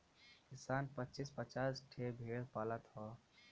किसान पचीस पचास ठे भेड़ पालत हौ